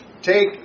take